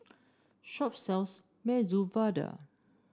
shop sells Medu Vada